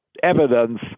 evidence